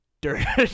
Dirt